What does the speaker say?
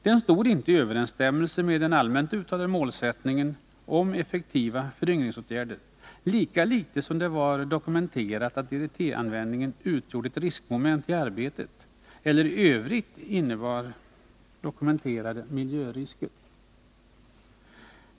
Den stod inte i överensstämmelse med den allmänt uttalade målsättningen effektiva föryngringsåtgärder, lika litet som det var dokumenterat att DDT-användningen utgjorde ett riskmoment i arbetet eller i övrigt innebar dokumenterade miljörisker.